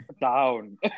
down